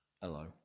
Hello